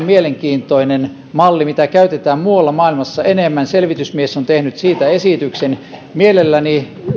mielenkiintoinen malli mitä käytetään muualla maailmassa enemmän selvitysmies on tehnyt siitä esityksen mielelläni